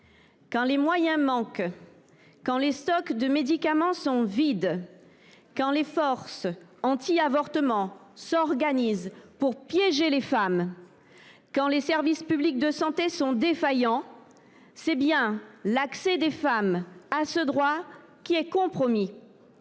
Quand les moyens manquent, quand les stocks de médicaments sont vides, quand les forces anti avortement s’organisent pour piéger les femmes, quand les services publics de santé sont défaillants, c’est bien l’accès des femmes à ce droit qui est compromis.